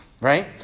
right